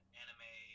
anime